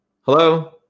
Hello